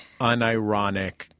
unironic